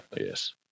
Yes